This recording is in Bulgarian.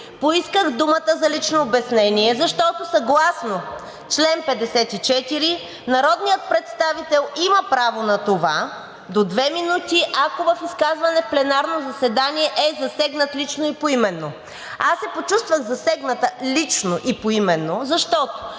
Поисках думата за лично обяснение, защото съгласно чл. 54 народният представител има право на това до две минути, ако в изказване в пленарно заседание е засегнат лично и поименно. Аз се почувствах засегната лично и поименно, защото